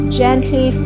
gently